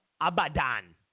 Abadan